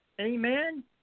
Amen